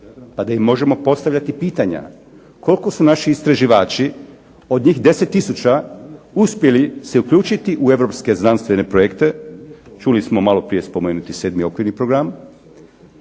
pa da im možemo postavljati pitanja koliko su naši istraživači od njih 10 tisuća uspjeli se uključiti u europske znanstvene projekte, čuli smo maloprije spomenut je sedmi okvirni program,